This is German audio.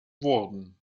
wurden